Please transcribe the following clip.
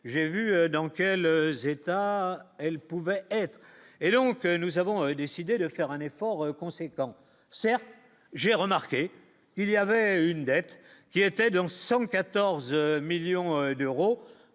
j'ai vu dans quel état elle pouvait être, et donc nous avons décidé de faire un effort conséquent certes j'ai remarqué, il y avait une dette qui était de 114 millions d'euros